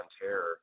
terror